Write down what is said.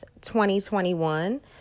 2021